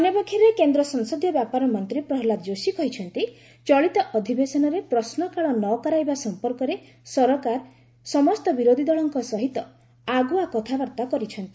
ଅନ୍ୟପକ୍ଷରେ କେନ୍ଦ୍ର ସଂସଦୀୟ ବ୍ୟାପାର ମନ୍ତ୍ରୀ ପ୍ରହଲ୍ଲାଦ ଯୋଶୀ କହିଛନ୍ତି ଚଳିତ ଅଧିବେଶନରେ ପ୍ରଶ୍ୱକାଳ ନ କରାଇବା ସମ୍ପର୍କରେ ସରକାର ସମସ୍ତ ବିରୋଧୀ ଦଳଙ୍କ ସହିତ ଆଗୁଆ କଥାବାର୍ତ୍ତା କରିଛନ୍ତି